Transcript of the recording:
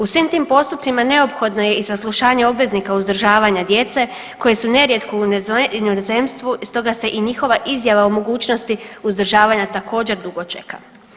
U svim tim postupcima neophodno je i saslušanje obveznika uzdržavanja djece koje su nerijetko u inozemstvu i stoga se i njihova izjava o mogućnosti uzdržavanja također dugo čeka.